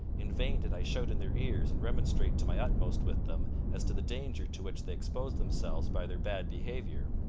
in vain did i shout in their ears and remonstrate to my utmost with them as to the danger to which they exposed themselves by their bad behaviour,